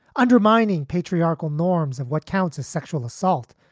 undermining patriarchal norms of what counts as sexual assault.